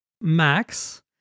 Max